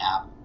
app